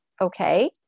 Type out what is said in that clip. Okay